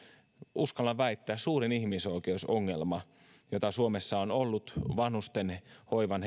uskallan väittää suurimpaan ihmisoikeusongelmaan joka suomessa on ollut vanhustenhoivan